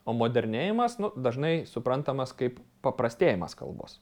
o modernėjimas dažnai suprantamas kaip paprastėjimas kalbos